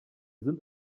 sind